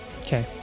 Okay